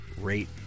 rate